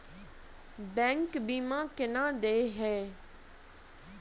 Bank बीमा केना देय है?